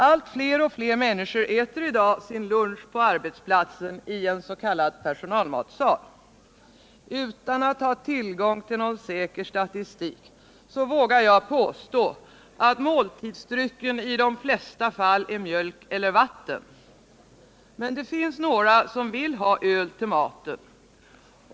Allt fler människor äter i dag sin lunch på arbetsplatsen i en s.k. personalmatsal. Utan att ha tillgång till någon säker statistik vågar jag påstå att måltidsdrycken i de flesta fall är mjölk eller vatten. Men några vill ha öl till maten.